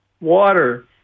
water